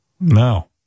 No